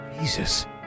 Jesus